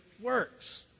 works